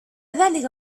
ذلك